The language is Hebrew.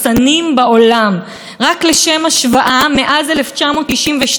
שאז מדובר על המהפכה הגדולה בבית המשפט העליון של ברק,